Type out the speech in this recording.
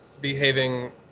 behaving